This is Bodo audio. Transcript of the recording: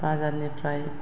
बाजारनिफ्राय